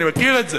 אני מכיר את זה.